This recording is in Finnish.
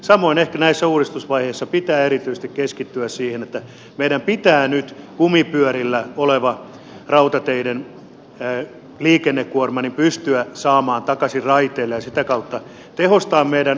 samoin ehkä näissä uudistusvaiheissa pitää erityisesti keskittyä siihen että meidän pitää nyt kumipyörillä oleva rautateiden liikennekuorma pystyä saamaan takaisin raiteille ja sitä kautta tehostaa meidän raideliikennettämme